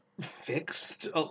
fixed